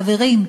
חברים,